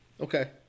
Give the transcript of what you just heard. Okay